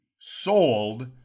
sold